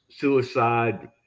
suicide